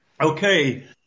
Okay